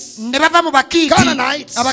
Canaanites